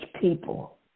people